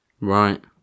right